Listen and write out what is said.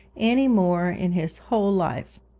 any more in his whole life.